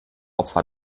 opfer